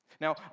Now